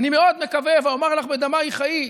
ואני מאוד מקווה, ואומר לך בדמייך חיי,